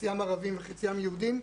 חציים ערבים וחציים יהודים,